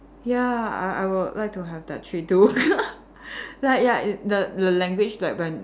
ya I I would like have that skill too like ya the the language like when